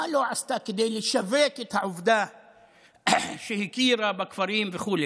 מה לא עשתה כדי לשווק את העובדה שהיא הכירה בכפרים וכו'.